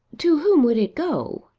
to whom would it go?